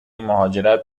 مهاجرت